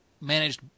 managed